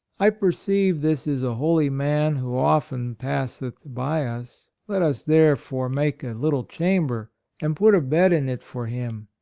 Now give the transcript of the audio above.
i perceive this is a holy man who often pass eth by us, let us therefore make a little chamber and put a bed in it for him,